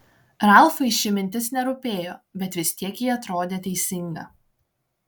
ralfui ši mintis nerūpėjo bet vis tiek ji atrodė teisinga